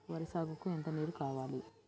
వరి సాగుకు ఎంత నీరు కావాలి?